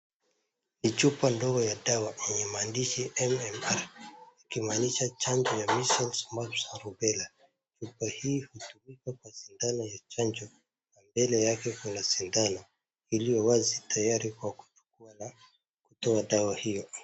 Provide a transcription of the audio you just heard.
Ni chupa ndogo ya dawa yenye maandishi MMR ikimaanisha chanjo ya measles , mumps na rubella . Chupa hii hutumika kwa sindano ya chanjo. Na mbele yake kuna sindano ilyo wazi tayari kwa kuchukua na kutoa dawa hiyo.